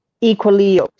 equally